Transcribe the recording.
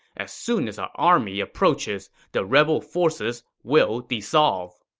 as soon as our army approaches, the rebel forces will dissolve.